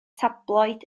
tabloid